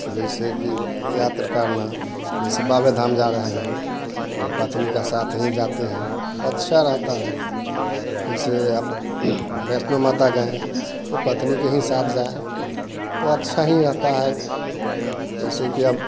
जैसे कि यात्रा करना जैसे बाबे धाम जा रहें हैं तो पत्नी का साथ ही जाते हैं तो अच्छा रहता है वैसे अब वैष्णो माता गएँ तो पत्नी के हीं साथ जाएँ तो अच्छा हीं रहता है जैसे कि अब